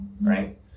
right